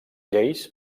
lleis